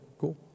Cool